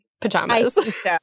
pajamas